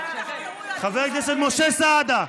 לכו תחקרו, חבר משה סעדה,